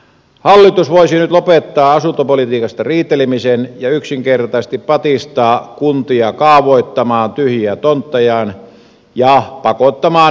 hallitus voisi nyt lopettaa asuntopolitiikasta riitelemisen ja yksinkertaisesti patistaa kuntia kaavoittamaan tyhjiä tonttejaan ja pakottaa niitä käyttöönottoon